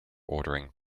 ordering